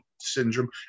syndrome